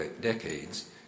decades